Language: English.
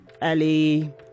ellie